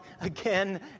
again